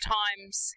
times